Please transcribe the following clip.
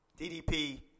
DDP